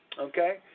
Okay